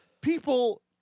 people